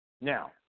Now